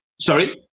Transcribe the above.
sorry